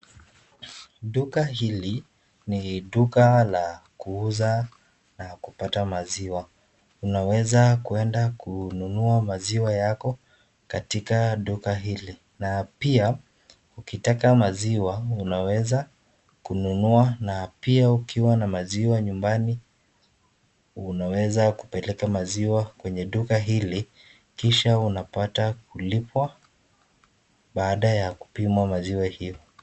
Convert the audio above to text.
Duka hili ni duka la kuuza na kupata maziwa, unaweza kwenda kununua maziwa yako katika duka hili, na pia ukitaka maziwa kununua na ukiwa na maziwa nyumbani unaweza kupeleka maziwa kwenye duka hili kisha unaweza kulipwa baada ya kupima maziwa hio